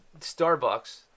Starbucks